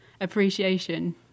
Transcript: appreciation